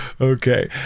Okay